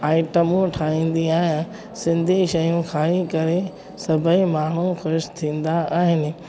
आइटमूं ठाहींदी आहियां सिंधी शयूं खाई करे सभेई माण्हू ख़ुशि थींदा आहिनि